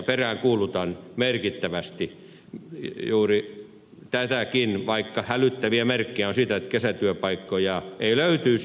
peräänkuulutan merkittävästi juuri tätäkin vaikka hälyttäviä merkkejä on siitä että kesätyöpaikkoja ei löytyisi